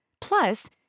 Plus